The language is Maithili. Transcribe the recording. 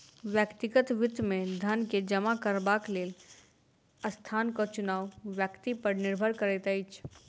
व्यक्तिगत वित्त मे धन के जमा करबाक लेल स्थानक चुनाव व्यक्ति पर निर्भर करैत अछि